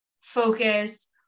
focus